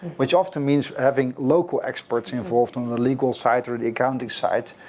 which often means having local experts involved from the legal side or the accounting side,